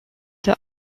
der